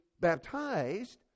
baptized